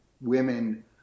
women